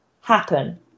happen